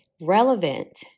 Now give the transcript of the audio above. Relevant